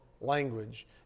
language